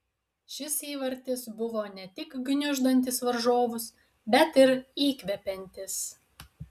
šis įvartis buvo ne tik gniuždantis varžovus bet ir įkvepiantis